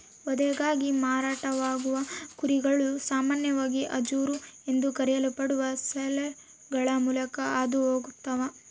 ವಧೆಗಾಗಿ ಮಾರಾಟವಾಗುವ ಕುರಿಗಳು ಸಾಮಾನ್ಯವಾಗಿ ಹರಾಜು ಎಂದು ಕರೆಯಲ್ಪಡುವ ಸೇಲ್ಯಾರ್ಡ್ಗಳ ಮೂಲಕ ಹಾದು ಹೋಗ್ತವ